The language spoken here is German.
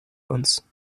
uns